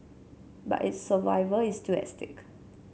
but its survival is still at stake